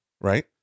right